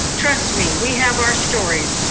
trust me, we have our stories.